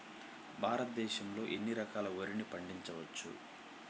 భారతదేశంలో ఎన్ని రకాల వరిని పండించవచ్చు